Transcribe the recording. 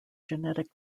genetic